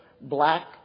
black